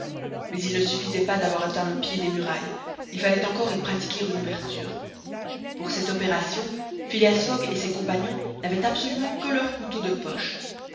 mais il ne suffisait pas d'avoir atteint le pied des murailles il fallait encore y pratiquer une ouverture pour cette opération phileas fogg et ses compagnons n'avaient absolument que leurs couteaux de poche